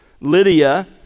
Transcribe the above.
Lydia